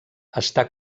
està